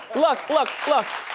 look, look, look,